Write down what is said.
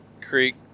creek